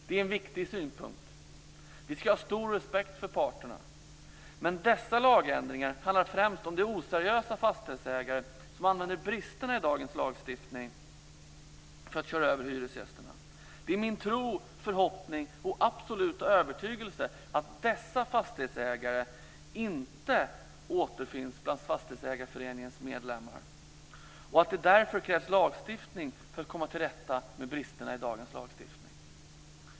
Det är en viktig synpunkt; vi ska ha stor respekt för parterna. Men dessa lagändringar handlar främst om de oseriösa fastighetsägare som använder bristerna i dagens lagstiftning för att köra över hyresgästerna. Det är min tro, förhoppning och absoluta övertygelse att dessa fastighetsägare inte återfinns bland Fastighetsägareföreningens medlemmar och att det därför krävs lagstiftning för att komma till rätta med bristerna i dagens lagstiftning.